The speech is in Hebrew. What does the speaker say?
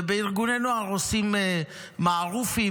ובארגוני נוער עושים מערופים,